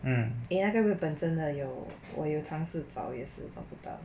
eh 那个日本真的有我有尝试找也是找不到